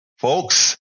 folks